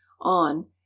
on